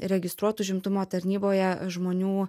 registruotų užimtumo tarnyboje žmonių